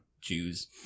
Jews